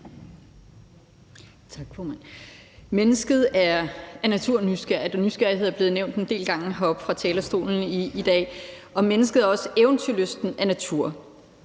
Tak, formand. Mennesket er af natur nysgerrigt, og nysgerrighed er blevet nævnt en del gange heroppe fra talerstolen i dag. Mennesket er også eventyrlystent af natur,